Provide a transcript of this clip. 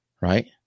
right